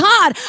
God